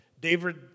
David